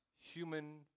human